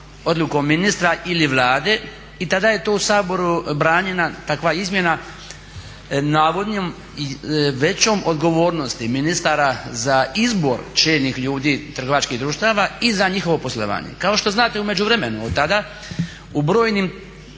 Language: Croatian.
odlukom ministra ili Vlade i tada je to u Saboru branjena takva izmjena navodno većom odgovornosti ministara za izbor čelnih ljudi trgovačkih društava i za njihovo poslovanje. Kao što znate u međuvremenu otada u brojnim